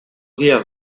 días